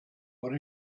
but